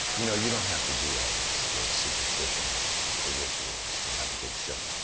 you know, you don't have to do all this, the superstitions, the rituals, to have a good show.